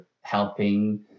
helping